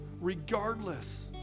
regardless